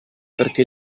perché